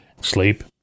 sleep